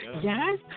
Yes